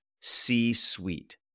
C-Suite